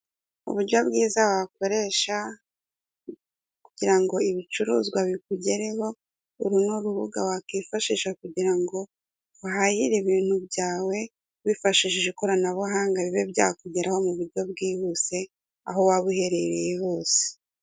Uburyo bwiza wakoresha kugira ngo ibicuruzwa bikugereho, uru ni urubuga wakwifashisha kugira ngo uhahire ibintu byawe wifashishije ikoranabuhanga bibe byakugeraho mu buryo bwihuse, aho waba uherereye hose.